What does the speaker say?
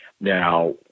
Now